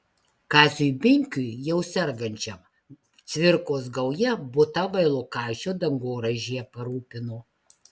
kaziui binkiui jau sergančiam cvirkos gauja butą vailokaičio dangoraižyje parūpino